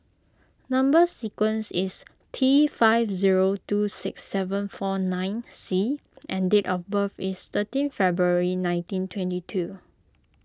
Number Sequence is T five zero two six seven four nine C and date of birth is thirteen February nineteen twenty two